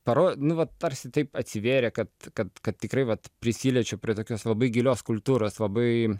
paro nu va tarsi taip atsivėrė kad kad kad tikrai vat prisiliečiu prie tokios labai gilios kultūros labai